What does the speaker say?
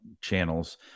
channels